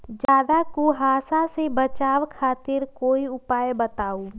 ज्यादा कुहासा से बचाव खातिर कोई उपाय बताऊ?